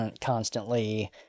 constantly